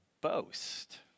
boast